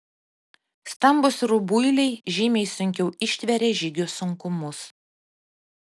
stambūs rubuiliai žymiai sunkiau ištveria žygio sunkumus